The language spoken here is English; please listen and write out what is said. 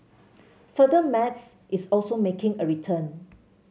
further Maths is also making a return